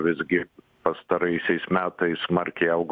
visgi pastaraisiais metais smarkiai augo